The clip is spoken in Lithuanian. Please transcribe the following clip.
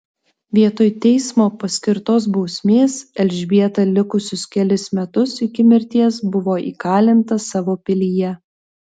vietoj teismo paskirtos bausmės elžbieta likusius kelis metus iki mirties buvo įkalinta savo pilyje